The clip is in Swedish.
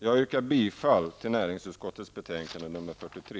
Jag yrkar bifall till hemställan i näringsutskottets betänkande nr 43.